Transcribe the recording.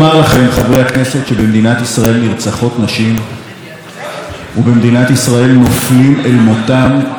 שבמדינת ישראל נרצחות נשים ובמדינת ישראל נופלים אל מותם פועלי בניין.